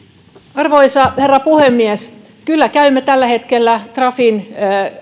arvoisa herra puhemies kyllä käymme tällä hetkellä trafin